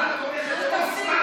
אולי תשבי בשקט,